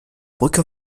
brücke